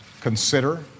consider